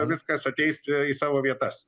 viskas ateis į savo vietas